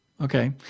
Okay